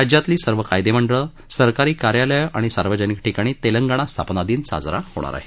राज्यातून सर्व कायदेमंडळ सरकारी कार्यलय आणि सार्वजनिक ठिकाणी तेलंगणा स्थापना दिन साजरा होणार आहे